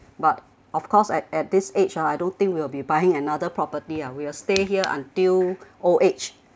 but of course at at this age uh I don't think we'll be buying another property ah we'll stay here until old age